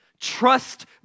Trust